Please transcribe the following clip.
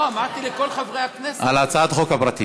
על הצעת החוק הפרטית.